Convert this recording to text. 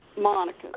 Monica